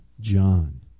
John